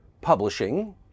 publishing